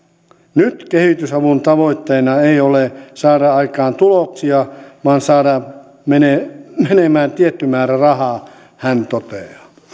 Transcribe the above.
nyt kehitysavun tavoitteena ei ole saada aikaan tuloksia vaan saada menemään tietty määrä rahaa hän toteaa